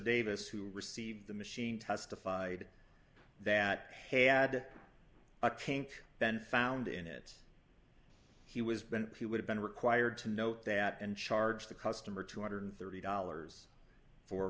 davis who received the machine testified that had a pink been found in it he was been he would have been required to note that and charge the customer two hundred and thirty dollars for